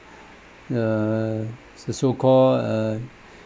err so call err